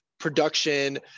production